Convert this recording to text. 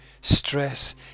Stress